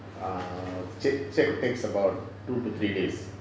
err check check takes about two to three days